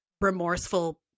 remorseful